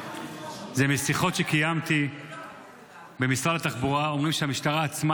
משיחות שקיימתי במשרד התחבורה אומרים שלמשטרה עצמה